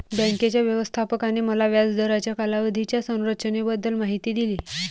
बँकेच्या व्यवस्थापकाने मला व्याज दराच्या कालावधीच्या संरचनेबद्दल माहिती दिली